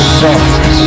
soft